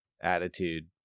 attitude